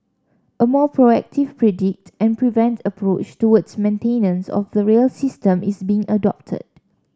a more proactive predict and prevent approach towards maintenance of the rail system is being adopted